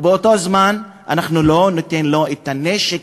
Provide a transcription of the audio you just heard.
ובאותו זמן אנחנו לא ניתן לו את הנשק,